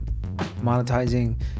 monetizing